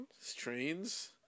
Strains